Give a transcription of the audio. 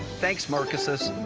thanks marcuses.